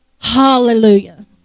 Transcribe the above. Hallelujah